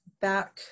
back